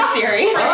series